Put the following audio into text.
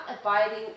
abiding